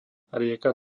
rieka